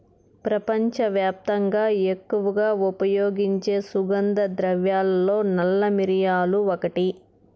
ప్రపంచవ్యాప్తంగా ఎక్కువగా ఉపయోగించే సుగంధ ద్రవ్యాలలో నల్ల మిరియాలు ఒకటి